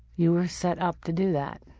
you were set up to do that.